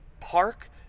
park